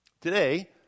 Today